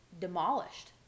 demolished